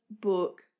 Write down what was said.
book